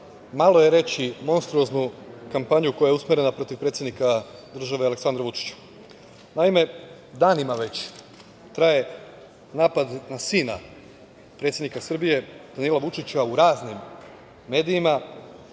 malo je reći monstruoznu kampanju koja je usmerena protiv predsednika države Aleksandra Vučića. Naime, već danima traje napad na sina predsednika Srbije, Danila Vučića, u raznim medijima,